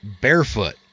barefoot